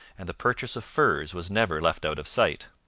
and the purchase of furs was never left out of sight.